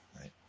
Right